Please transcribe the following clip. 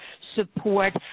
support